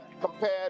compared